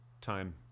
time